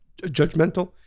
judgmental